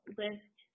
list